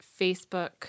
Facebook